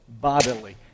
bodily